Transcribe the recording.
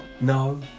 no